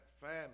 family